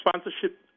sponsorship